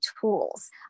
tools